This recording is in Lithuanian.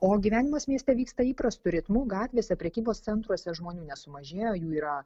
o gyvenimas mieste vyksta įprastu ritmu gatvėse prekybos centruose žmonių nesumažėjo jų yra